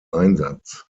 einsatz